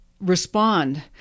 respond